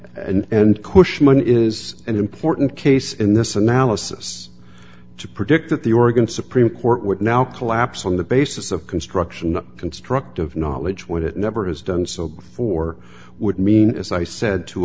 cushman is an important case in this analysis to predict that the oregon supreme court would now collapse on the basis of construction constructive knowledge what it never has done so before would mean as i said to